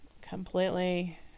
completely